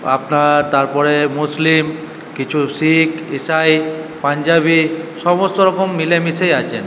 আপনার তারপরে মুসলিম কিছু শিখ শিখ পাঞ্জাবি সমস্ত রকম মিলেমিশেই আছে